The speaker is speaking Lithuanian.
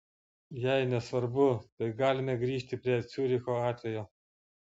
jei nesvarbu tai galime grįžti prie ciuricho atvejo